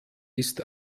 ist